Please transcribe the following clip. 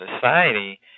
society